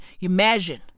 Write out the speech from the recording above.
imagine